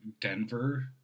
Denver